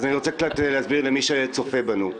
אבל אני רוצה להסביר למי שצופה בנו.